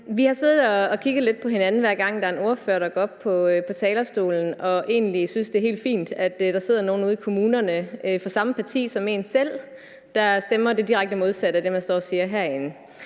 og kigget lidt på hinanden, hver gang der er en ordfører, der går op på talerstolen og egentlig synes, det er helt fint, at der sidder nogle ude i kommunerne fra samme parti som en selv, der stemmer det direkte modsatte af det, man står og siger herinde.